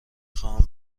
خواهم